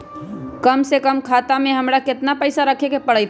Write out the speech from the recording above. कम से कम खाता में हमरा कितना पैसा रखे के परतई?